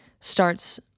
starts